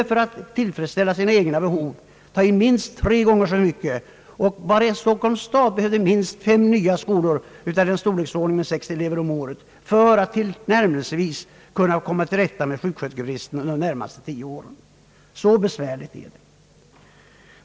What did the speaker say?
För att tillfredsställa sina egna behov skulle man behöva ta in minst tre gånger så många elever. Bara Stockholms stad behövde minst fem nya skolor av storleksordningen 60 elever om året för att tillnärmelsevis komma till rätta med sjuksköterskebristen under de närmaste tio åren. Så besvärligt är det.